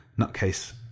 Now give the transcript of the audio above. nutcase